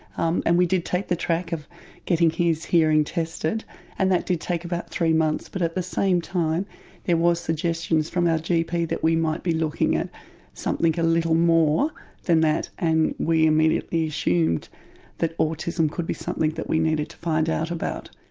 um and we did take the track of getting his hearing tested and that did take about three months, but at the same time there were suggestions from our gp that we might be looking at something a little more than that, and we immediately assumed that autism could be something that we needed to find out about.